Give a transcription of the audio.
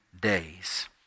days